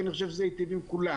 כי אני חושב שזה ייטיב עם כולם.